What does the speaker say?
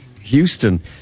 Houston